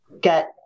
get